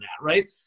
right